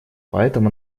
поэтому